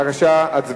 בבקשה, הצבעה.